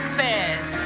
says